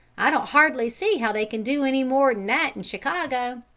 i don't hardly see how they can do any more n that in chicago!